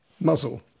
muzzle